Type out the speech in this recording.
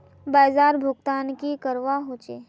बाजार भुगतान की करवा होचे?